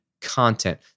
content